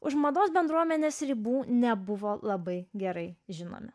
už mados bendruomenės ribų nebuvo labai gerai žinomi